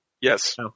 Yes